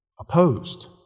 Opposed